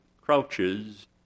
crouches